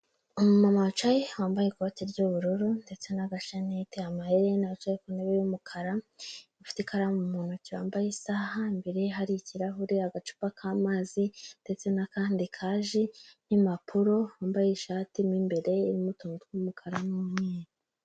Umuntu wicaye wambaye ikoti ry'ubururu ndetse na gashanete, amaherena, yicaye ku ntebe y'umukara afite ikaramu mu ntoki yambaye isaha, imbere hari ikirahure, agacupa k'amazi ndetse n'akandi ka ji n'impapuro wambaye ishati irimo imbere irimo utunu tw'umukara n'umweru.